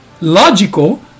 logical